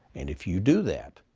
and if you do that,